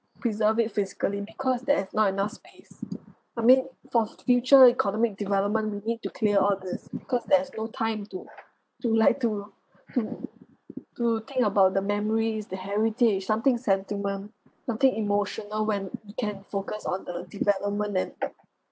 preserve it physically because there is not enough space I mean for future economic development we need to clear all these because there is no time to to like to to to think about the memories the heritage something sentiment nothing emotional when we can focus on the development and